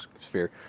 sphere